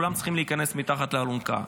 כולם צריכים להיכנס מתחת לאלונקה.